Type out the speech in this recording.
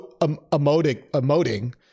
emoting